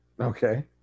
Okay